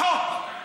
בחוק.